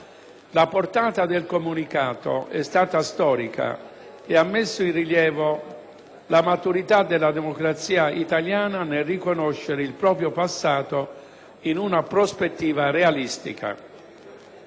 La portata del Comunicato è stata storica e ha messo in rilievo la maturità della democrazia italiana nel riconoscere il proprio passato in una prospettiva realistica.